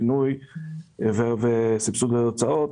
בינוי וסבסוד הוצאות.